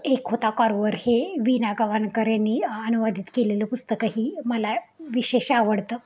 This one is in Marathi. एक होता कार्व्हर हे विणा गवाणकर यांनी अनुवादित केलेलं पुस्तकंही मला विशेष आवडतं